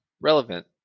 relevant